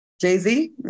Jay-Z